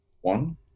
one